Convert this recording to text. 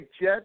Jet